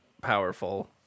powerful